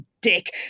dick